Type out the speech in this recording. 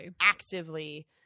actively